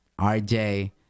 RJ